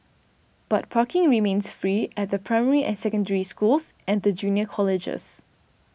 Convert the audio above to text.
but parking remains free at the primary and Secondary Schools and the junior colleges